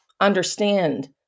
understand